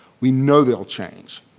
we know they'll change.